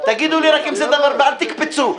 אל תקפצו.